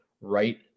right